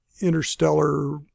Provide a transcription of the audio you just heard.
interstellar